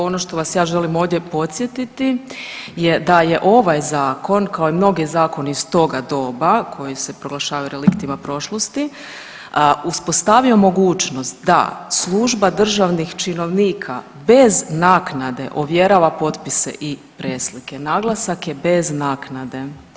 Ono što vas ja želim podsjetiti je da je ovaj Zakon kao i mnogi zakoni iz toga doba, koji se proglašavaju reliktima prošlosti, uspostavio mogućnost da služba državnih činovnika bez naknade ovjerava potpise i preslike, naglasak je bez naknade.